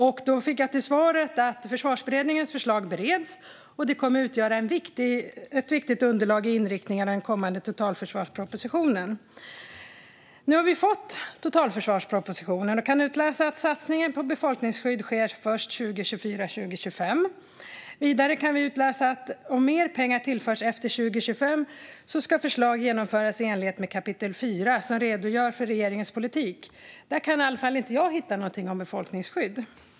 Jag fick till svar att Försvarsberedningens förslag bereddes och att det skulle komma att utgöra ett viktigt underlag för inriktningen i den kommande totalförsvarspropositionen. Nu har vi fått totalförsvarspropositionen och kan utläsa att satsningen på befolkningsskydd ska ske först 2024 och 2025. Vidare kan vi utläsa att ifall mer pengar tillförs efter 2025 ska förslag genomföras i enlighet med kapitel 4, som redogör för regeringens politik. Där kan i alla fall inte jag hitta någonting om befolkningsskydd.